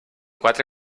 quatre